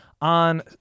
on